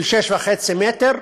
של 6.5 מטר.